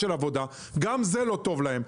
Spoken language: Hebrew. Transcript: עבודה, אבל גם זה לא טוב להם.